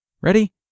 Ready